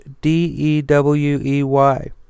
D-E-W-E-Y